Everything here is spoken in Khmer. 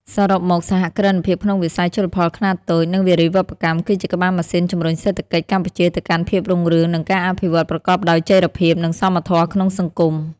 សរុបមក សហគ្រិនភាពក្នុងវិស័យជលផលខ្នាតតូច និងវារីវប្បកម្ម គឺជាក្បាលម៉ាស៊ីនជំរុញសេដ្ឋកិច្ចកម្ពុជាទៅកាន់ភាពរុងរឿង និងការអភិវឌ្ឍប្រកបដោយចីរភាព និងសមធម៌ក្នុងសង្គម។